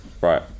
Right